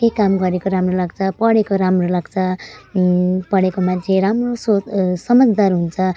केही काम गरेको राम्रो लाग्छ पढेको राम्रो लाग्छ पढेको मान्छे राम्रो सोच समझदार हुन्छ